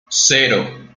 cero